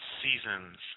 seasons